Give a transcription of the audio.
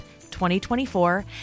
2024